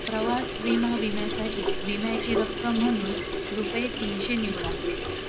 प्रवास विमा विम्यासाठी विम्याची रक्कम म्हणून रुपये तीनशे निवडा